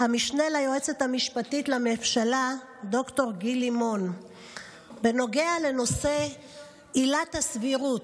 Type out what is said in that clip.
המשנה ליועצת המשפטית לממשלה ד"ר גיל לימון בנוגע לנושא עילת הסבירות.